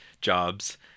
jobs